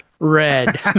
red